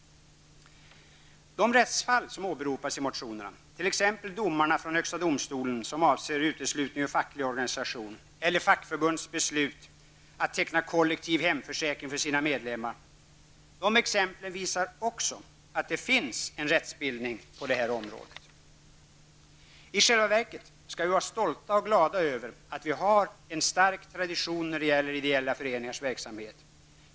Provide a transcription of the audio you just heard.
De rättsfall som åberopas i motionerna, t.ex. domarna från högsta domstolen som avser uteslutning ur facklig organisation eller fackförbunds beslut att teckna kollektiv hemförsäkring för sina medlemmar, visar också att det finns en rättsbildning på det här området. I själva verket skall vi vara stolta och glada över att vi har en stark tradition när det gäller ideella föreningars verksamhet.